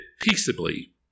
Peaceably